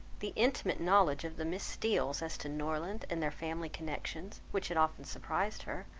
the intimate knowledge of the miss steeles as to norland and their family connections, which had often surprised her,